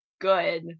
good